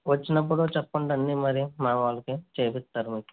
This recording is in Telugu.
వచ్చినప్పుడు చెప్పండి అన్ని మరి మా వాళ్ళకి చేయిస్తారు మీకు